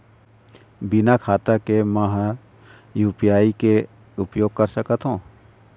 बिना खाता के म हर यू.पी.आई के उपयोग कर सकत हो?